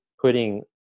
putting